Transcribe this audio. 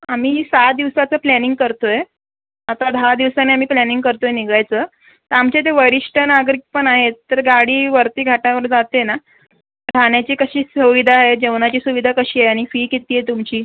आम्ही सहा दिवसाचं प्लॅनिंग करतो आहे आता दहा दिवसाने आम्ही प्लॅनिंग करतो आहे निघायचं तर आमच्या इथे वरिष्ठ नागरिक पण आहेत तर गाडी वरती घाटावर जाते ना राहण्याची कशी सुविधा आहे जेवणाची सुविधा कशी आहे आणि फी किती आहे तुमची